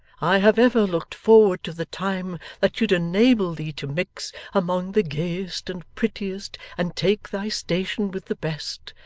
i have ever looked forward to the time that should enable thee to mix among the gayest and prettiest, and take thy station with the best.